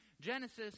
Genesis